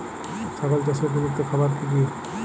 ছাগল চাষের উপযুক্ত খাবার কি কি?